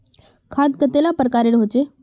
खाद कतेला प्रकारेर होचे?